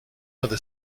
other